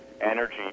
energy